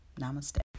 Namaste